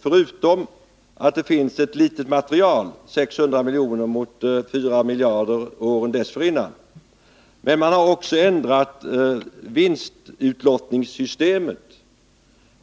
Förutom att det är ett litet material - 600 miljoner mot 4 miljarder åren dessförinnan — har man ändrat vinstutlottningssystemet.